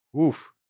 Oof